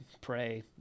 pray